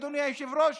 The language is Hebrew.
אדוני היושב-ראש,